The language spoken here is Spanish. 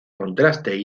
contraste